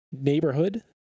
neighborhood